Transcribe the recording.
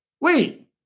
Wait